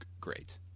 great